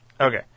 Okay